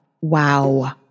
Wow